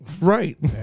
Right